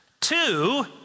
Two